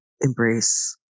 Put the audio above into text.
embrace